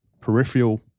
peripheral